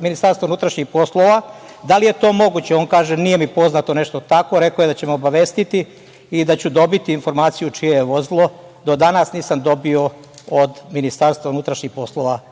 Ministarstva unutrašnjih poslova, da li je to moguće? On kaže – nije mi poznato, nešto tako, rekao je da će me obavestiti i da ću dobiti informaciju čije je vozilo. Do danas nisam dobio od MUP-a tu informaciju. Ne znam